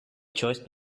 choice